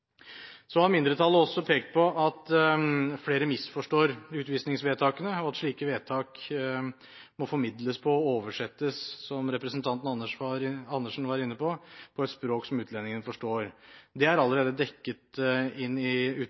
Mindretallet har også pekt på at flere misforstår utvisningsvedtakene, og at slike vedtak må formidles på og oversettes til – som representanten Andersen var inne på – et språk som utlendingen forstår. Dette er allerede dekket i